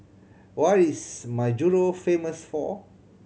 what is Majuro famous for